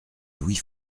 louis